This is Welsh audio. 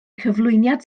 cyflwyniad